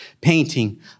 painting